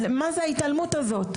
מזה ההתעלמות הזאת?